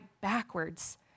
backwards